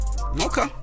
Okay